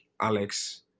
Alex